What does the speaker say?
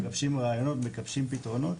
מגבשים רעיונות, מגבשים פתרונות.